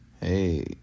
Hey